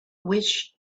wish